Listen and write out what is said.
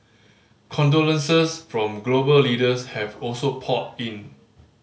condolences from global leaders have also poured in